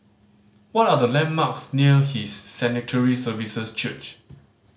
what are the landmarks near His Sanctuary Services Church